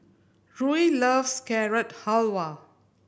Ruie loves Carrot Halwa